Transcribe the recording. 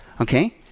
Okay